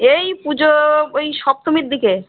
এই পুজো ওই সপ্তমীর দিকে